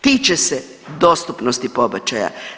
Tiče se dostupnosti pobačaja.